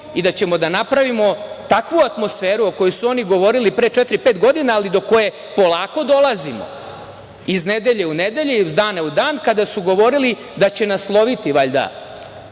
i da ćemo da napravimo takvu atmosferu o kojoj su oni govorili pre četiri, pet godina, ali do koje polako dolazimo iz nedelje u nedelju, iz dana u dan, kada su govorili da će nas loviti valjda